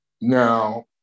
Now